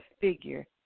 figure